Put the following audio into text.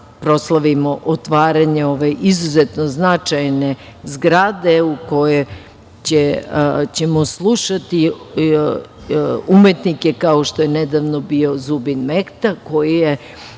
proslavimo otvaranje ove izuzetno značajne zgrade u kojoj ćemo slušati umetnike kao što je nedavno bio Zubin Mehta, koji je